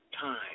time